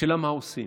השאלה היא מה עושים.